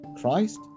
Christ